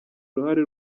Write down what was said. uruhare